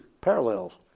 parallels